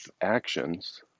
actions